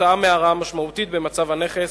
כתוצאה מהרעה משמעותית במצב הנכס